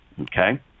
okay